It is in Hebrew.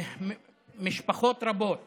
משפחות רבות